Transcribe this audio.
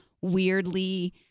weirdly